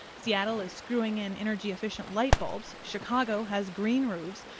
seattle is screwing in energy-efficient light bulbs. chicago has green roofs.